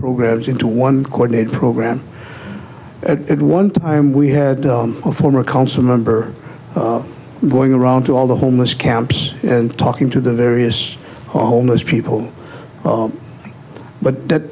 programs into one coordinated program at one time we had a former council member going around to all the homeless camps and talking to the various homeless people but that